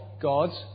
God's